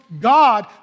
God